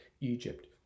Egypt